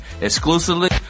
exclusively